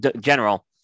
General